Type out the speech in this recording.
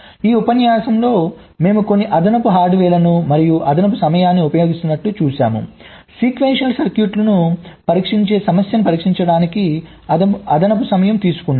ఈ ఉపన్యాసంలో మేము కొన్ని అదనపు హార్డ్వేర్లను మరియు అదనపు సమయాన్ని ఉపయోగిస్తున్నట్లు చూశాము సీక్వెన్షియల్ సర్క్యూట్లను పరీక్షించే సమస్యను పరిష్కరించడానికి అదనపు సమయం తీసుకున్నాము